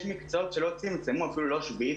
יש מקצועות שלא צמצמו, אפילו לא שביעית